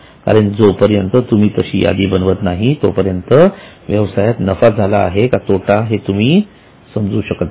कारण जोपर्यंत तुम्ही तशी यादी बनवत नाही तोपर्यंत व्यवसायात नफा झाला आहे का तोटा हे तुम्ही समजू शकत नाही